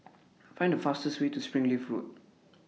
Find The fastest Way to Springleaf Road